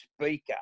speaker